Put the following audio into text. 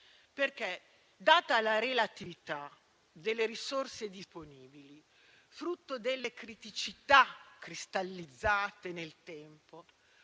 perché, data la relatività delle risorse disponibili, frutto delle criticità cristallizzate nel tempo,